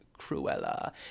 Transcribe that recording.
Cruella